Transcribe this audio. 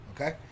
Okay